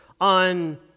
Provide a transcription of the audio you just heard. on